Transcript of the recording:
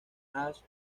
ash